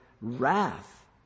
wrath